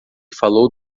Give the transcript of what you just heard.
falou